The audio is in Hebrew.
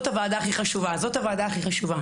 הוועדה הכי חשובה; הזאת הוועדה הכי חשובה.